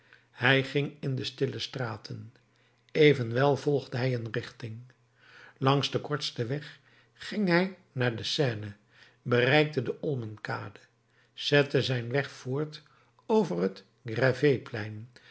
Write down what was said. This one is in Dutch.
hij ging in de stille straten evenwel volgde hij een richting langs den kortsten weg ging hij naar de seine bereikte de olmenkade zette zijn weg voort over het